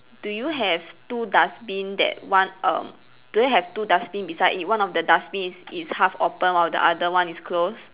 do you have two dustbin that one err do you have two dustbin beside it one of the dustbin is is half open while the other one is close